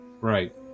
Right